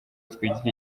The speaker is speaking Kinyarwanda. twigirire